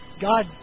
God